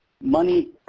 Money